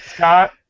Scott